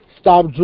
stop